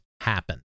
happen